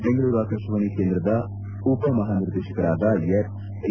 ಬೆಂಗಳೂರು ಆಕಾಶವಾಣಿ ಕೇಂದ್ರದ ಉಪಮಹಾನಿದೇರ್ಶಕರಾದ ಎ